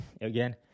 again